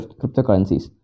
cryptocurrencies